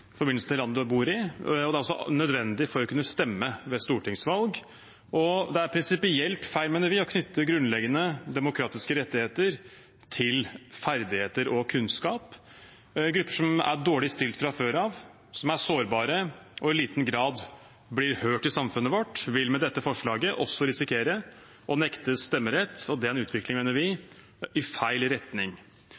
til landet man bor i, og det er nødvendig for å kunne stemme ved stortingsvalg. Vi mener det er prinsipielt feil å knytte grunnleggende demokratiske rettigheter til ferdigheter og kunnskap. Grupper som er dårlig stilt fra før av, som er sårbare og i liten grad blir hørt i samfunnet vårt, vil med dette forslaget også risikere å nektes stemmerett, og det mener vi